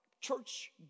Church